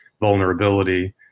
vulnerability